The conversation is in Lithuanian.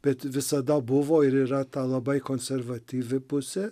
bet visada buvo ir yra ta labai konservatyvi pusė